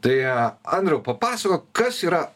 tai andriau papasakok kas yra